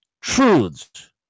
truths